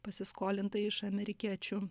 pasiskolintą iš amerikiečių